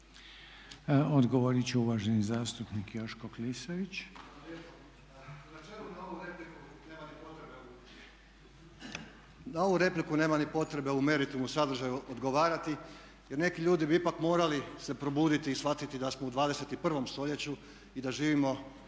Odgovorit će uvaženi zastupnik Joško Klisović. **Klisović, Joško (SDP)** Na ovu repliku nema ni potrebe u meritumu i sadržaju odgovarati jer neki ljudi bi ipak morali se probuditi i shvatiti da smo u 21. stoljeću i da živimo